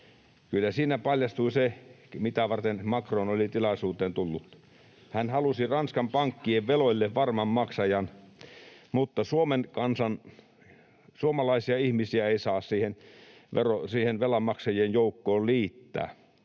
Kyllä siinä paljastui se, mitä varten Macron oli tilaisuuteen tullut. Hän halusi Ranskan pankkien veloille varman maksajan, mutta suomalaisia ihmisiä ei saa siihen velanmaksajien joukkoon liittää.